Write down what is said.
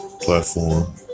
platform